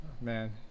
man